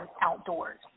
outdoors